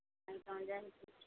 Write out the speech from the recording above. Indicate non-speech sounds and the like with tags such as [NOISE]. [UNINTELLIGIBLE]